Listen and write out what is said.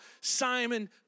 Simon